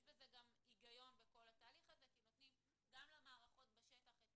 יש לזה היגיון כי נותנים גם למערכות בשטח את